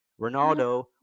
Ronaldo